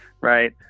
right